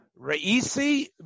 Reisi